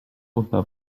uda